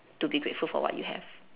to be grateful for what you have